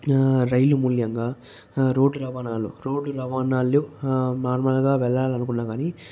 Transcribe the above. రైలు మూల్యంగా రోడ్ రవాణాలు రోడ్డు రవాణాల్లో నార్మల్గా వెళ్ళాలనుకున్నా కానీ